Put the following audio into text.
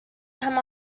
come